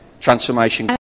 transformation